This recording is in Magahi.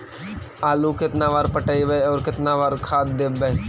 आलू केतना बार पटइबै और केतना बार खाद देबै?